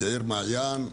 יאיר מעיין,